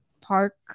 Park